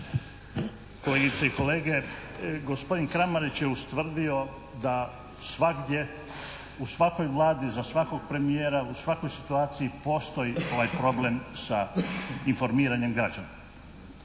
Kolegice i kolege, gospodin Kramarić je ustvrdio da svagdje, u svakoj vladi, za svakog premijera u svakoj situaciji postoji ovaj problem sa informiranjem građana.